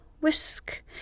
whisk